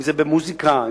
אם במוזיקה,